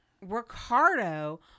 Ricardo